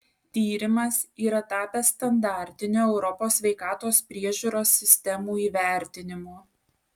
tyrimas yra tapęs standartiniu europos sveikatos priežiūros sistemų įvertinimu